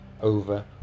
over